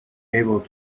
able